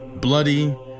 bloody